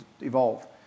evolve